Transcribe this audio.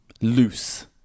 Loose